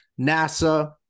NASA